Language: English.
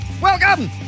Welcome